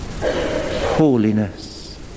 holiness